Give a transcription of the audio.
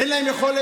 אין להם יכולת